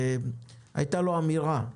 הייתה לו אמירה: